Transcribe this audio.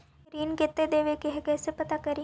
ऋण कितना देवे के है कैसे पता करी?